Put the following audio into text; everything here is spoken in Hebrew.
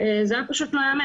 זה היה פשוט לא ייאמן.